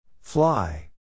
Fly